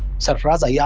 sarfaraz. yeah